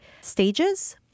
stages